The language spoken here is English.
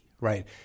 right